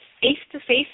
face-to-face